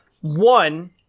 One